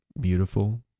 beautiful